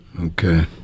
Okay